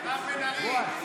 מירב בן ארי,